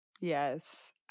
Yes